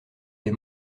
des